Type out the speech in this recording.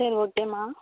சரி ஓகேமா